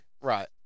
Right